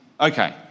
Okay